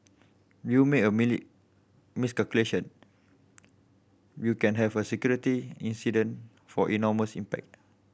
you make a mini miscalculation you can have a security incident for enormous impact